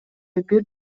бир